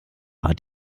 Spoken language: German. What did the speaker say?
hat